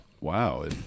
Wow